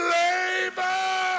labor